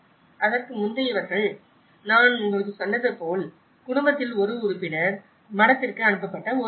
அதற்கு முந்தையவர்கள் நான் உங்களுக்குச் சொன்னது போல் குடும்பத்தில் ஒரு உறுப்பினர் மடத்திற்கு அனுப்பப்பட்ட ஒரு துறவி